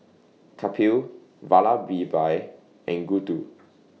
Kapil Vallabhbhai and Gouthu